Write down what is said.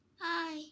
hi